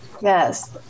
Yes